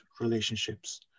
relationships